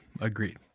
agreed